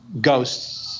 ghosts